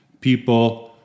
people